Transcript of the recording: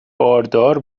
باردار